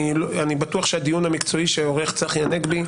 אני בטוח שהדיון המקצועי שעורך צחי הנגבי,